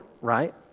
right